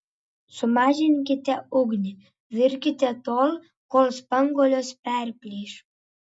sumažinkite ugnį virkite tol kol spanguolės perplyš